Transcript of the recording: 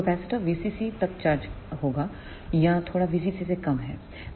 तो capacitor VCC तक charge होगा या थोड़ा VCC से कमहै